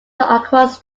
across